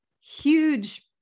huge